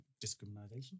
discrimination